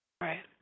right